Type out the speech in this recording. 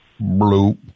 bloop